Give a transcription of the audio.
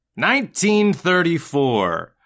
1934